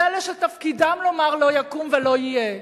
זה אלה שתפקידם לומר: לא יקום ולא יהיה,